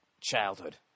childhood